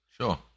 Sure